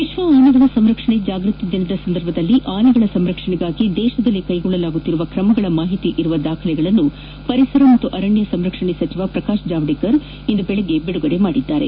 ವಿಶ್ವ ಆನೆಗಳ ಸಂರಕ್ಷಣೆ ಜಾಗೃತಿ ದಿನದ ಸಂದರ್ಭದಲ್ಲಿ ಆನೆಗಳ ಸಂರಕ್ಷಣೆಗಾಗಿ ದೇಶದಲ್ಲಿ ಕೈಗೊಳ್ಳಲಾಗುತ್ತಿರುವ ತ್ರಮಗಳ ಮಾಹಿತಿ ಇರುವ ದಾಖಲೆಗಳನ್ನು ಪರಿಸರ ಮತ್ತು ಅರಣ್ಣ ಸಂರಕ್ಷಣೆ ಸಚಿವ ಪ್ರಕಾಶ್ ಜಾವಡೇಕರ್ ಇಂದು ಬೆಳಿಗ್ಗೆ ಬಿಡುಗಡೆ ಮಾಡಿದರು